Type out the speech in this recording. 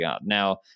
Now